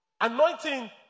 Anointing